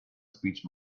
speech